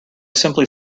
simply